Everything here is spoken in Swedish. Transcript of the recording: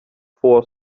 två